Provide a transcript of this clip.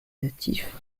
natif